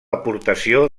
aportació